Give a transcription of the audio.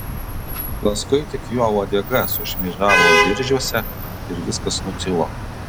paskui tik jo uodega sušmėžavo viržiuose ir viskas nutilo